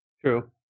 True